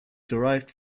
derived